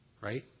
Right